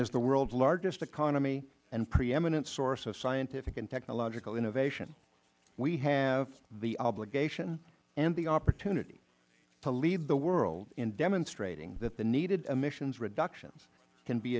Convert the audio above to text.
as the world's largest economy and preeminent source of scientific and technological innovation we have the obligation and the opportunity to lead the world in demonstrating that the needed emissions reductions can be